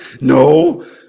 No